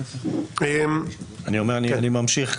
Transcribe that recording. אני ממשיך.